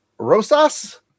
Rosas